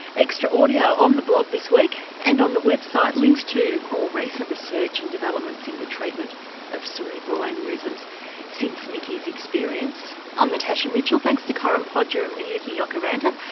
extra audio on the blog this week and on the website links to more recent research and developments in the treatment of cerebral aneurysms since nikki's experience. i'm natasha mitchell, thanks to corinne podger and miyuki jokiranta.